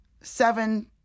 seven